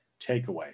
takeaway